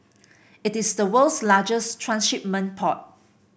it is the world's largest transshipment port